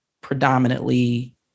predominantly